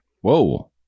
Whoa